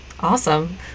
Awesome